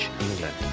England